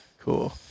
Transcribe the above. Cool